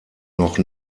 noch